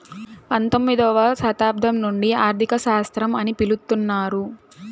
పంతొమ్మిదవ శతాబ్దం నుండి ఆర్థిక శాస్త్రం అని పిలుత్తున్నారు